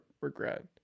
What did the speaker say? regret